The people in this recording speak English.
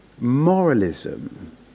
moralism